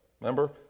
Remember